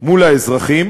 מול האזרח,